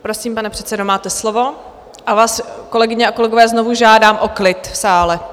Prosím, pane předsedo, máte slovo, a vás, kolegyně a kolegové, znovu žádám o klid v sále.